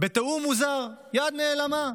בתיאום מוזר, יד נעלמה.